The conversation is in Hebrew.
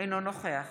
אינו נוכח